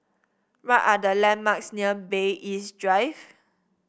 what are the landmarks near Bay East Drive